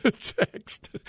text